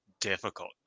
difficult